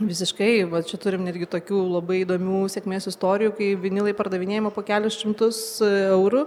visiškai va čia turim net gi tokių labai įdomių sėkmės istorijų kai vinilai pardavinėjami po kelis šimtus eurų